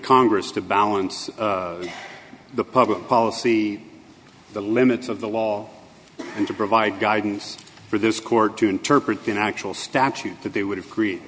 congress to balance the public policy the limits of the law and to provide guidance for this court to interpret the actual statute that they would